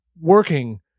working